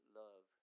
love